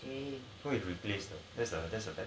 so it replaced them this or this or that